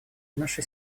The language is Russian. наши